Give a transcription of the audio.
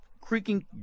creaking